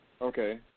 Okay